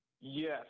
Yes